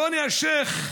רוני אלשיך,